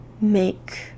make